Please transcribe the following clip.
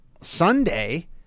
Sunday